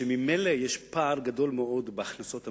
שממילא יש פער גדול מאוד בהכנסות המדינה,